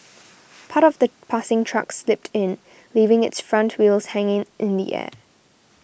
part of the passing truck slipped in leaving its front wheels hanging in the air